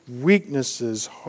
weaknesses